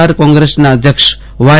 R કોગ્રેસના અધ્યક્ષ Y